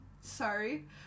sorry